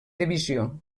divisió